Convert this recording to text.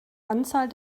anzahl